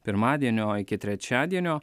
pirmadienio iki trečiadienio